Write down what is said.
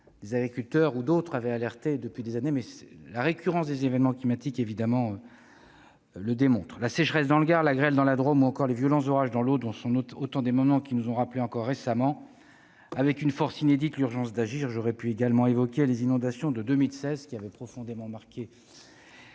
les agriculteurs, et d'autres, alertaient depuis des années. La récurrence des événements climatiques le démontre. La sécheresse dans le Gard, la grêle dans la Drôme ou encore les violents orages dans l'Aude sont autant de moments qui nous ont rappelé encore récemment, avec une force inédite, l'urgence d'agir. J'aurais également pu évoquer les inondations de 2016, qui ont profondément marqué